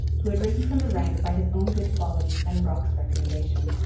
who had risen from the ranks by his own good qualities and brock's recommendation.